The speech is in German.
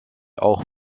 auch